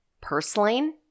purslane